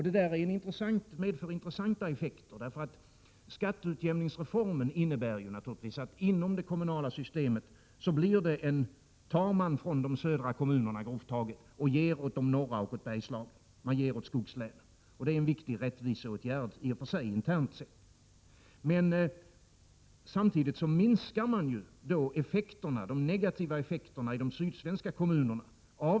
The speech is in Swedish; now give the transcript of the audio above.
Det här medför intressanta effekter, för skatteutjämningsreformen innebär naturligtvis att inom det kommunala systemet tar man från de södra kommunerna, grovt räknat, samt ger åt de norra och åt Bergslagen, och man ger åt skogslänen. Det är i sig en viktig rättviseåtgärd internt sett. Men samtidigt minskar man de negativa effekterna i de sydsvenska kommunerna.